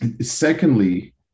Secondly